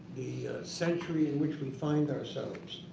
century in which we find ourselves.